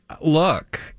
look